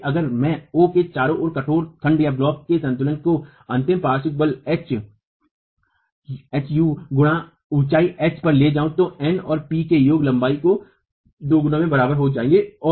इसलिए अगर मैं O के चारों ओर कठोर खंडब्लॉक के संतुलन को अंतिम पार्श्व बल H u गुणा ऊंचाई H पर ले जाऊं तो N और P के योग लंबाई से दोगुना में बराबर हो जाएंगे